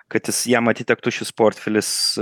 kad jis jam atitektų šis portfelis